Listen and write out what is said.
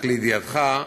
רק לידיעתך,